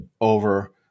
over